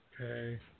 Okay